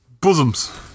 Bosoms